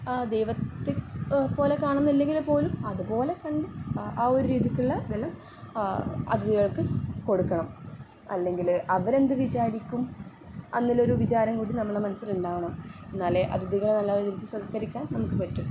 ദൈവത്തെ പോലെ കാണുന്നില്ലെങ്കില് പോലും അതുപോലെ കണ്ട് ആ ഒര് രീതിക്കുള്ള ഇതെല്ലാം അതിഥികൾക്ക് കൊടുക്കണം അല്ലെങ്കില് അവരെന്ത് വിചാരിക്കും അങ്ങനൊരു വിചാരം കൂടി നമ്മുടെ മനസ്സിൽ ഉണ്ടാവണം എന്നാലേ അതിഥികളെ നല്ലൊരു രീതിക്ക് സൽക്കരിക്കാൻ നമുക്ക് പറ്റു